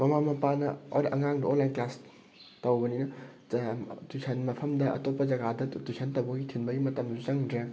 ꯃꯃꯥ ꯃꯄꯥꯅ ꯑꯣꯔ ꯑꯉꯥꯡꯅ ꯑꯣꯟꯂꯥꯏꯟ ꯀ꯭ꯂꯥꯁ ꯇꯧꯕꯅꯤꯅ ꯇꯨꯏꯁꯟ ꯃꯐꯝꯗ ꯑꯇꯣꯞꯄ ꯖꯒꯥꯗ ꯇꯨꯏꯁꯟ ꯇꯧꯕꯒꯤ ꯊꯤꯟꯕꯒꯤ ꯃꯇꯝꯁꯨ ꯆꯪꯗ꯭ꯔꯦ